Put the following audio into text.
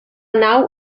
nau